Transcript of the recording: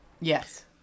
Yes